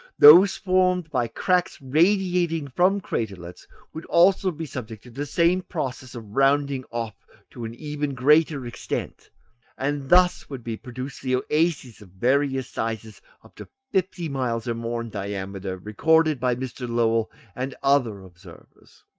those formed by cracks radiating from craterlets would also be subject to the same process of rounding off to an even greater extent and thus would be produced the oases of various sizes up to fifty miles or more in diameter recorded by mr. lowell and other observers.